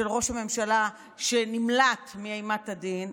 של ראש הממשלה שנמלט מאימת הדין,